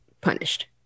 punished